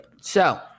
So-